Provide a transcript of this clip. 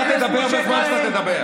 חבר הכנסת יואב קיש, תירגע.